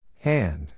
Hand